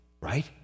Right